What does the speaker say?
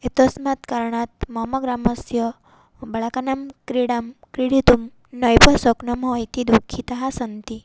एतस्मात् कारणात् मम ग्रामस्य बालकाः क्रीडां क्रीडितुं नैव शक्नुमः इति दुःखिताः सन्ति